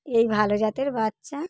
এই ভালো জাতের বাচ্চা